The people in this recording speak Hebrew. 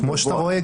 כמו שאתה רואה,